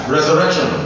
Resurrection